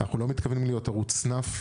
אנחנו לא מתכוונים להיות ערוץ סנאף.